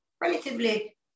relatively